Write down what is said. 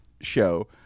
show